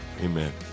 Amen